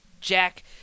jack